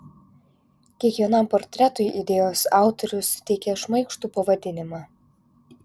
kiekvienam portretui idėjos autorius suteikė šmaikštų pavadinimą